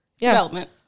Development